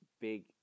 big